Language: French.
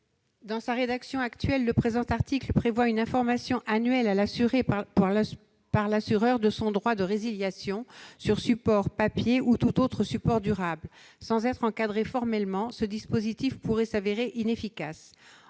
Dans sa rédaction actuelle, le présent article prévoit une information annuelle à l'assuré par l'assureur de son droit de résiliation sur support papier ou tout autre support durable. Sans être encadré formellement, ce dispositif pourrait s'avérer inefficace.